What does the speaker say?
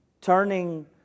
turning